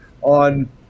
on